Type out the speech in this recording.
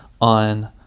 on